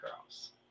girls